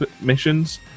missions